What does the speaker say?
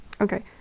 Okay